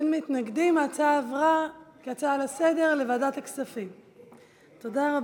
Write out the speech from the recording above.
להצעה לסדר-היום ולהעביר את הנושא לוועדת הכספים נתקבלה.